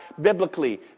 biblically